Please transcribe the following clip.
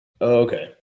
Okay